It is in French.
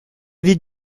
vie